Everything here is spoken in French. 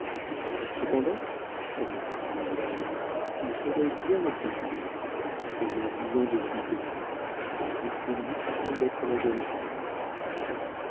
cependant reprit vignon ils seraient bien assortis elle a dix ans de plus que lui et c'est lui qui semble être la jeune fille